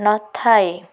ନଥାଏ